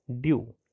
due